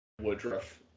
Woodruff